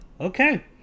Okay